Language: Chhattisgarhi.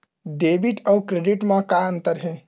डेबिट अउ क्रेडिट म का अंतर हे?